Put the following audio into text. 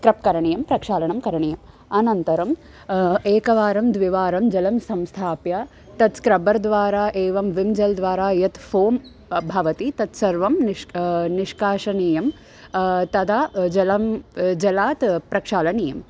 scrub करणीयं प्रक्षालनं करणीयम् अनन्तरम् एकवारं द्विवारं जलं संस्थाप्य तत् स्क्रब्बर् द्वारा एवं विम् जेल् द्वारा यत् फ़ोम् भवति तत्सर्वं निष्क् निष्कासनीयं तदा जलं जलात् प्रक्षालनीयम्